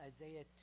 Isaiah